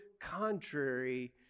contrary